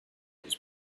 his